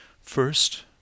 First